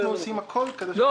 אנחנו עושים הכול כדי --- לא,